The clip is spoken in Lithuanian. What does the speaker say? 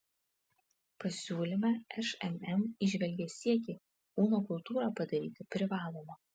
pasiūlyme šmm įžvelgia siekį kūno kultūrą padaryti privaloma